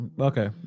Okay